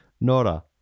Nora